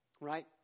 Right